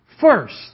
first